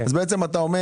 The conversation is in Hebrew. אתה אומר